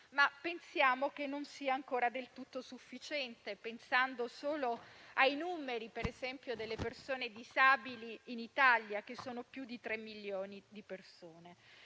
ma pensiamo che non sia ancora del tutto sufficiente, guardando solo ai numeri - ad esempio - delle persone disabili in Italia, che sono più di tre milioni. Riteniamo